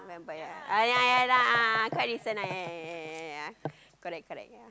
but ya ya ya lah quite recent lah ya ya ya ya ya ya correct correct ya